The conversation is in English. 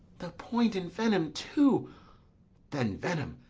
the point envenom'd too then, venom,